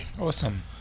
Awesome